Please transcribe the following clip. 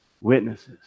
Witnesses